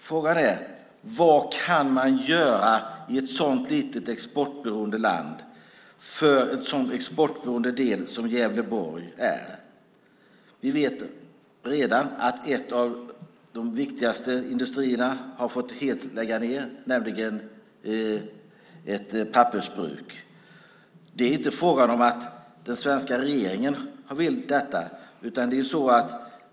Frågan är vad man kan göra i ett litet exportberoende land och i en så exportberoende del som Gävleborg är. Vi vet redan att en av de viktigaste industrierna har fått lägga ned helt, nämligen ett pappersbruk. Det är inte fråga om att den svenska regeringen har velat detta.